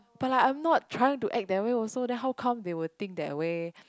but lah I'm not trying to act that way also then how come they will think that way